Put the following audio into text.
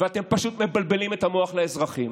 ואתם פשוט מבלבלים את המוח לאזרחים.